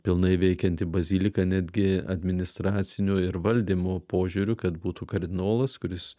pilnai veikianti bazilika netgi administraciniu ir valdymo požiūriu kad būtų kardinolas kuris